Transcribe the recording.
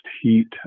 heat